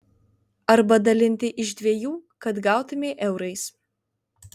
arba dalinti iš dviejų kad gautumei eurais